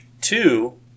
Two